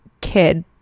kid